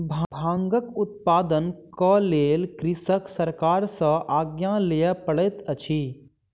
भांगक उत्पादनक लेल कृषक सरकार सॅ आज्ञा लिअ पड़ैत अछि